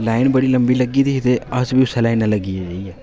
line बड़ी लम्मी लग्गी दी ही ते अस बी उस्सै लाइनां लग्गी गै जाइयै